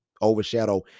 overshadow